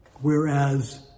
whereas